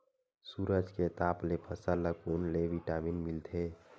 सूरज के ताप ले फसल ल कोन ले विटामिन मिल थे?